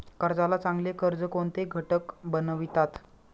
कर्जाला चांगले कर्ज कोणते घटक बनवितात?